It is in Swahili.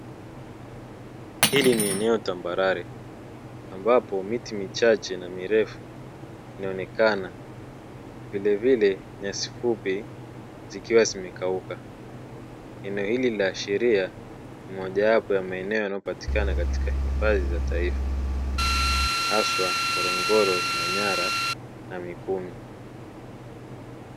Hili ni eneo tambarare ambapo miti michache na mirefu inaonekana vilevile nyasi fupi zikiwa zimekauka. Eneo hili linaashiria moja wapo ya maeneo yanayopatikana katika hifadhi za taifa, hasa Ngorongoro, Manyara na Mikumi.